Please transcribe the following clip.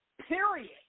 period